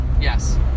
Yes